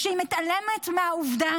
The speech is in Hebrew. כשהיא מתעלמת מהעובדה